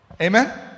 Amen